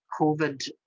Covid